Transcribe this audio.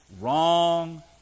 wrong